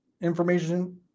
information